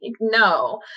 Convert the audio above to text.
no